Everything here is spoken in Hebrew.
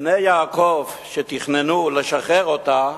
בני יעקב שתכננו לשחרר אותה,